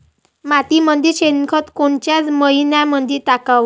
मातीमंदी शेणखत कोनच्या मइन्यामंधी टाकाव?